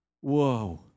Whoa